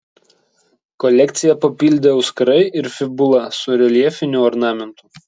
kolekciją papildė auskarai ir fibula su reljefiniu ornamentu